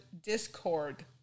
discord